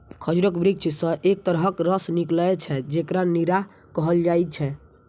खजूरक वृक्ष सं एक तरहक रस निकलै छै, जेकरा नीरा कहल जाइ छै